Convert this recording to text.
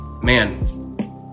Man